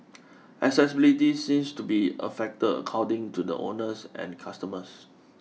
accessibility seems to be a factor according to the owners and customers